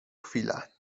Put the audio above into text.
chwila